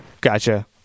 Gotcha